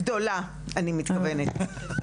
גדולה אני מתכוונת.